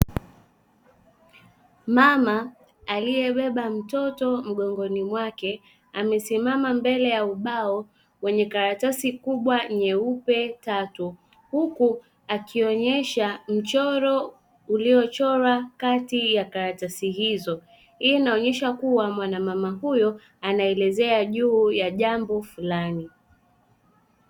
Mama aliyebeba mtoto mgongoni mwake, amesismama mbele ya ubao wenye karatasi kubwa nyeupe tatu, huku akionyesha mchoro uliochora kati ya karatasi hizo, hii inaonyesha kuwa mwanamama huyo anaelezea juu ya jambo fulani.